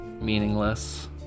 meaningless